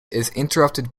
interrupted